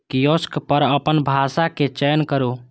kiosk पर अपन भाषाक चयन करू